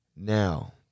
Now